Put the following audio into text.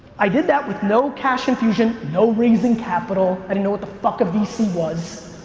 i did that with no cash infusion, no raising capital. i didn't know what the fuck a vc was.